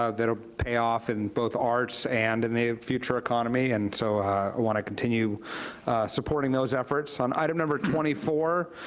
ah that'll pay off in both arts and in and the future economy. and so i wanna continue supporting those efforts. on item number twenty four,